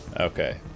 Okay